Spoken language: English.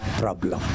problem